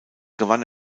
gewann